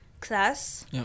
class